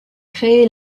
créé